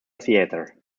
theater